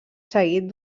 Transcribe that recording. seguit